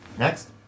Next